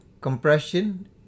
compression